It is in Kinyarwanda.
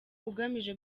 ugamije